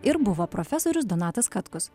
ir buvo profesorius donatas katkus